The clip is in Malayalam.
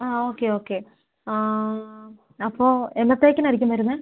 ആ ഓക്കെ ഓക്കെ അപ്പോൾ എന്നത്തേക്ക് ആയിരിക്കും വരുന്നത്